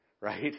Right